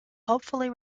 hopefully